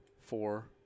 four